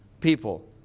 people